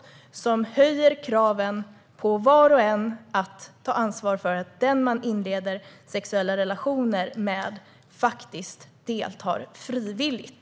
På så sätt höjs kraven på var och en att ta ansvar för att den man inleder sexuella relationer med deltar frivilligt.